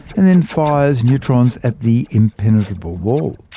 and then fires neutrons at the impenetrable wall.